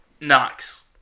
Knox